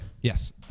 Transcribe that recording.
yes